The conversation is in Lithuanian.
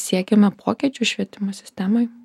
siekiame pokyčių švietimo sistemoj